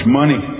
money